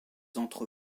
entre